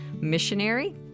missionary